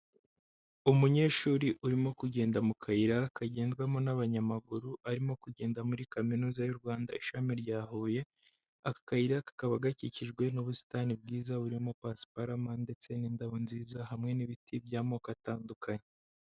Umunyeshuri urimo kugenda mu kayira kagenzwamo n'abanyamaguru arimo kugenda muri kaminuza y'u Rwanda ishami rya Huye, aka kayira kakaba gakikijwe n'ubusitani bwiza burimo pasiparama ndetse n'indabo nziza hamwe n'ibiti by'amoko atandukanye.